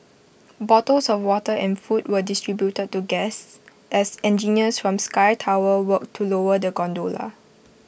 bottles of water and food were distributed to guests as engineers from sky tower worked to lower the gondola